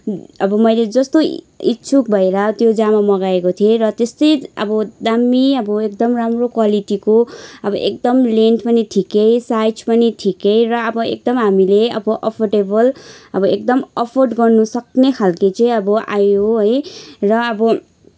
अब मैले जस्तो इच्छुक भएर त्यो जामा मगाएको थिएँ र त्यस्तै अब दामी अब एकदम राम्रो क्वालिटीको अब एकदम लेन्थ पनि ठिकै साइज पनि ठिकै र अब एकदम हामीले अब अफोर्डेवल अब एकदम अफोर्ड गर्न सक्ने खाल्के चाहिँ अब आयो है र अब